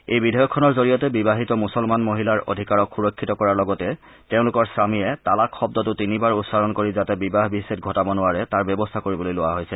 এই বিধেয়কখনৰ জৰিয়তে বিবাহিত মুছলমান মহিলাৰ অধিকাৰক সুৰক্ষিত কৰাৰ লগতে তেওঁলোকৰ স্বামীয়ে তালক শব্দটো তিনিবাৰ উচ্চাৰণ কৰি যাতে বিবাহ বিচ্ছেদ ঘটাব নোৱাৰে তাৰ ব্যৱস্থা কৰিবলৈ লোৱা হৈছে